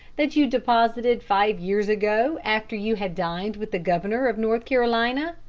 that you deposited five years ago, after you had dined with the governor of north carolina?